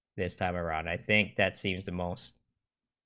this time around i think that seems the most